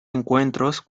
encuentros